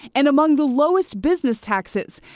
and among the lowest business taxes.